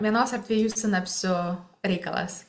vienos ar dviejų sinapsių reikalas